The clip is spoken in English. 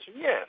Yes